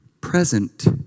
Present